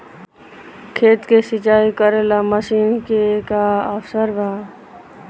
खेत के सिंचाई करेला मशीन के का ऑफर बा?